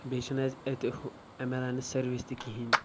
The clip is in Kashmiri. بیٚیہِ چھِنہٕ حظ اتہِ ہُہ ایمبولینٕس سٔروِس تہِ کہیٖںی